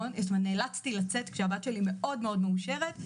נאלצתי לצאת כשהבת שלי מאוד מאוד מאושרת.